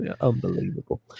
Unbelievable